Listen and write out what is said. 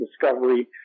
discovery